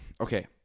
Okay